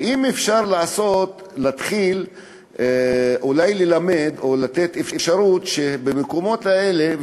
אם אפשר להתחיל ללמד או לתת אפשרות שבמקומות האלה,